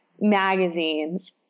magazines